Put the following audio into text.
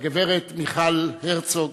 והגברת מיכל הרצוג,